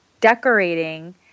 decorating